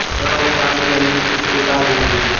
ऋण भुगतान के तरीके कितनी प्रकार के होते हैं?